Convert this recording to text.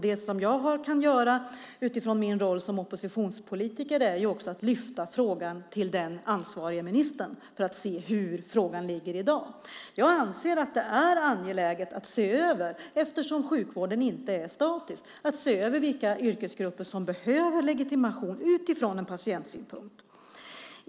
Det jag kan göra i min roll som oppositionspolitiker är att ta upp frågan med den ansvarige ministern för att se hur den ligger i dag. Eftersom sjukvården inte är statisk är det angeläget att man ser över vilka yrkesgrupper som behöver legitimation ur patientsynpunkt.